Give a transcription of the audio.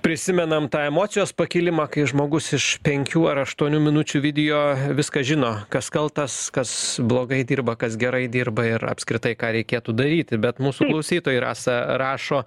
prisimenam tą emocijos pakilimą kai žmogus iš penkių ar aštuonių minučių video viską žino kas kaltas kas blogai dirba kas gerai dirba ir apskritai ką reikėtų daryti bet mūsų klausytojai rasa rašo